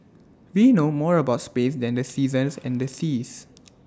we know more about space than the seasons and the seas